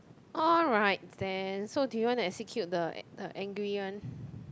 alright then so do you want to execute the the angry one